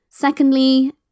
Secondly